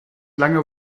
lange